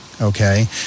Okay